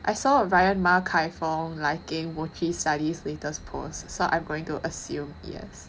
I saw a ryan ma kai fong liking muchi sali latest post so I'm going to assume yes